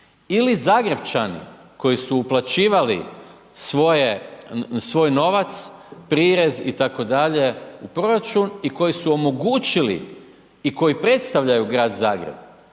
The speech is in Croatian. ili Zagrepčani koji su uplaćivali svoje, svoj novac, prirez i tako dalje u proračun, i koji su omogućili i koji predstavljaju Grad Zagreb